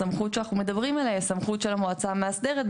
הסמכות שאנחנו מדברים עליה היא הסמכות של המועצה המאסדרת,